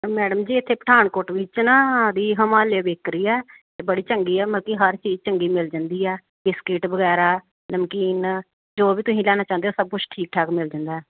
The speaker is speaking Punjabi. ਮੈਡਮ ਜੀ ਇੱਥੇ ਪਠਾਨਕੋਟ ਵਿੱਚ ਨਾ ਦੀ ਹਿਮਾਲਿਆ ਬੇਕਰੀ ਆ ਤੇ ਬੜੀ ਚੰਗੀ ਹੈ ਮਲ ਕਿ ਹਰ ਚੀਜ਼ ਚੰਗੀ ਮਿਲ ਜਾਂਦੀ ਹੈ ਬਿਸਕਿਟ ਵਗੈਰਾ ਨਮਕੀਨ ਜੋ ਵੀ ਤੁਸੀਂ ਲੈਣਾ ਚਾਹੁੰਦੇ ਹੋ ਸਭ ਕੁਛ ਠੀਕ ਠਾਕ ਮਿਲ ਜਾਂਦਾ